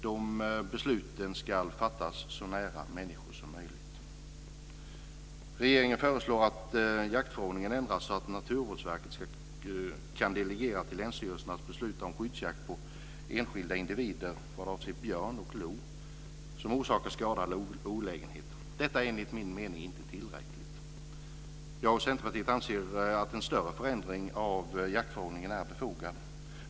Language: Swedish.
Dessa beslut ska fattas så nära människor som möjligt. Detta är enligt min mening inte tillräckligt. Jag och Centerpartiet anser att en större förändring av jaktförordningen är befogad.